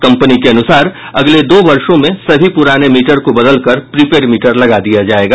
company के अनुसार अगले दो वर्षो में सभी पुराने मीटर को बदलकर प्रीपेड मीटर लगा दिया जायेगा